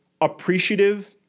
appreciative